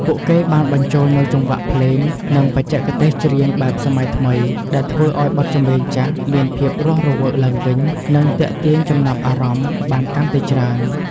ពួកគេបានបញ្ចូលនូវចង្វាក់ភ្លេង និងបច្ចេកទេសច្រៀងបែបសម័យថ្មី ដែលធ្វើឱ្យបទចម្រៀងចាស់មានភាពរស់រវើកឡើងវិញ និងទាក់ទាញចំណាប់អារម្មណ៍បានកាន់តែច្រើន ។